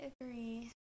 agree